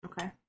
Okay